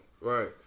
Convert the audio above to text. Right